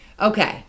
Okay